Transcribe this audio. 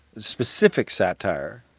specific satire